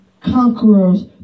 conquerors